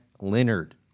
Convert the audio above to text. Leonard